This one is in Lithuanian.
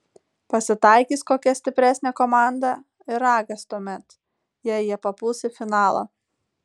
pasitaikys kokia stipresnė komanda ir ragas tuomet jei jie papuls į finalą